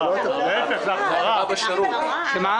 ההטבה היא בשירות וההחמרה היא בתשלום.